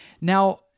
Now